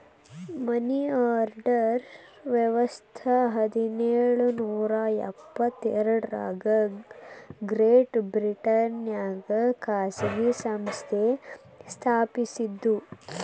ಮನಿ order ವ್ಯವಸ್ಥ ಹದಿನೇಳು ನೂರ ಎಪ್ಪತ್ ಎರಡರಾಗ ಗ್ರೇಟ್ ಬ್ರಿಟನ್ನ್ಯಾಗ ಖಾಸಗಿ ಸಂಸ್ಥೆ ಸ್ಥಾಪಸಿದ್ದು